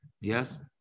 Yes